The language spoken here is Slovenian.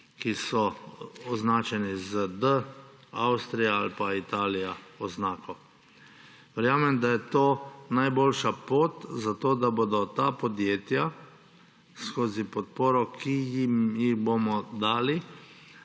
ki so označeni z oznako D, Avstrija ali pa Italija. Verjamem, da je to najboljša pot, da bodo ta podjetja skozi podporo, ki jim jo bomo dali,